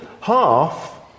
Half